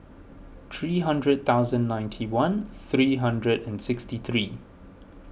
three hundred thousand ninety one three hundred and sixty three